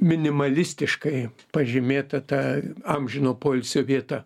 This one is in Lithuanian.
minimalistiškai pažymėta ta amžino poilsio vieta